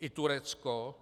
I Turecko,